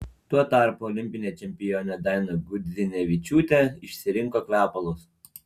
tuo tarpu olimpinė čempionė daina gudzinevičiūtė išsirinko kvepalus